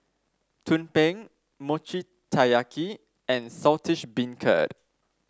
tumpeng Mochi Taiyaki and Saltish Beancurd